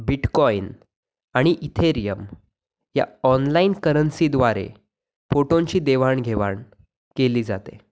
bitcoin आणि Ethereum या online करन्सीद्वारे फोटोंची देवाणघेवाण केली जाते